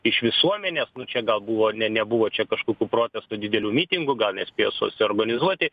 iš visuomenės nu čia gal buvo ne nebuvo čia kažkokių protestų didelių mitingų gal nespėjo susiorganizuoti